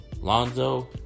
Lonzo